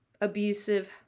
abusive